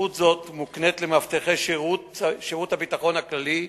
סמכות זאת מוקנית למאבטחי שירות הביטחון הכללי,